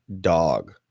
dog